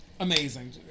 Amazing